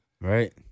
Right